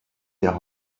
der